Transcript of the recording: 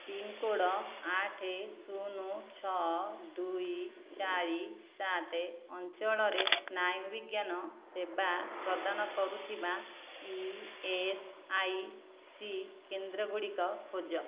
pincode ଆଠେ ଶୂନ ଛଅ ଦୁଇ ଚାରି ସାତେ ଅଞ୍ଚଳରେ ସ୍ନାୟୁବିଜ୍ଞାନ ସେବା ପ୍ରଦାନ କରୁଥିବା ଇ ଏସ୍ ଆଇ ସି କେନ୍ଦ୍ରଗୁଡ଼ିକ ଖୋଜ